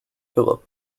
philip